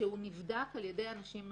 כשהוא נבדק על ידי אנשים נוספים.